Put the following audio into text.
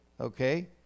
Okay